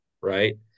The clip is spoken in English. right